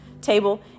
table